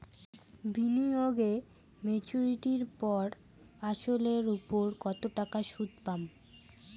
বিনিয়োগ এ মেচুরিটির পর আসল এর উপর কতো টাকা সুদ পাম?